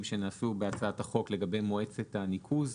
שנעשו בהצעת החוק לגבי מועצת הניקוז,